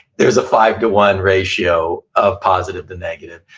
there's a five to one ratio of positive to negative.